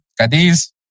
Cadiz